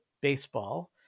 baseball